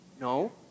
No